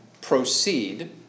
proceed